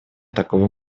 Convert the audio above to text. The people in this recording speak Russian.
такого